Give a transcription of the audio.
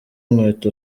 nkweto